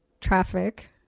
traffic